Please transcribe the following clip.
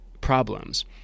problems